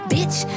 Bitch